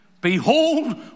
behold